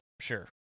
Sure